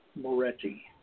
Moretti